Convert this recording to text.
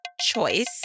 choice